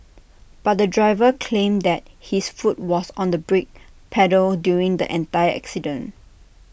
but the driver claimed that his foot was on the brake pedal during the entire accident